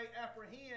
apprehend